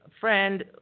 friend